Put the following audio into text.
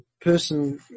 person